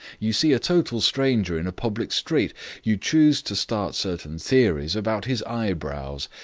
you see a total stranger in a public street you choose to start certain theories about his eyebrows.